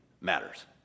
matters